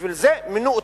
בשביל זה מינו אותי.